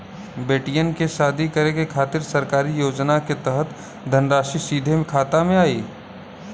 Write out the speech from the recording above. बेटियन के शादी करे के खातिर सरकारी योजना के तहत धनराशि सीधे खाता मे आई?